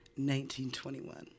1921